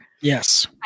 Yes